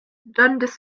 dundas